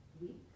week